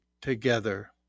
together